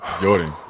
Jordan